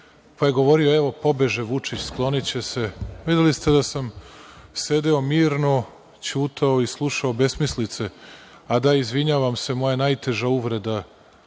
pa je govorio – evo, pobeže Vučić, skloniće se. Videli ste da sam sedeo mirno, ćutao i slušao besmislice. Da, izvinjavam se, moja najteža uvreda,